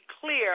clear